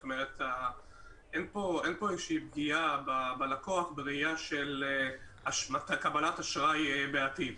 אין פה איזו שהיא פגיעה בלקוח בראייה של קבלת אשראי בעתיד.